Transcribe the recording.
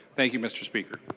thank you mr. speaker.